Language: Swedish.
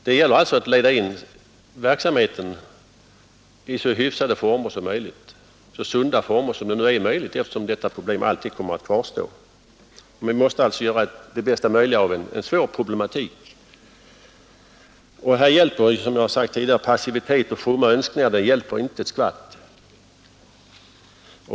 Det gäller alltså att leda in verksamheten i så sunda och hyfsade former som möjligt, eftersom problemet alltid kommer att kvarstå. Vi måste göra det bästa möjliga av en svår problematik. Här hjälper, som jag har sagt tidigare, passivitet och fromma önskningar inte ett skvatt.